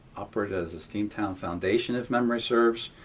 operated as the steamtown foundation, if memory serves,